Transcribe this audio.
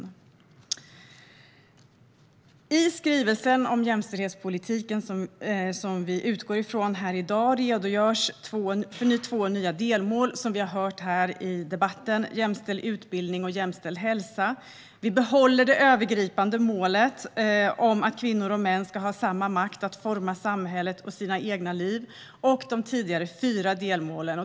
I den skrivelse om jämställdhetspolitiken som vi utgår från här i dag redogörs för två nya delmål, som vi har hört tidigare i debatten: jämställd utbildning och jämställd hälsa. Vi behåller det övergripande målet om att kvinnor och män ska ha samma makt att forma samhället och sina egna liv samt de tidigare fyra delmålen.